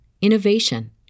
innovation